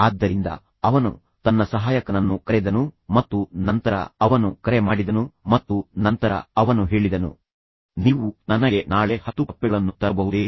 ಆದ್ದರಿಂದ ಅವನು ತನ್ನ ಸಹಾಯಕನನ್ನು ಕರೆದನು ಮತ್ತು ನಂತರ ಅವನು ಕರೆ ಮಾಡಿದನು ಮತ್ತು ನಂತರ ಅವನು ಹೇಳಿದನು ನೀವು ನನಗೆ ನಾಳೆ 10 ಕಪ್ಪೆಗಳನ್ನು ತರಬಹುದೇ